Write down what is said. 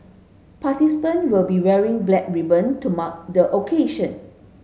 participant will be wearing black ribbon to mark the occasion